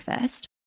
first